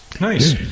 Nice